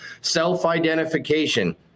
self-identification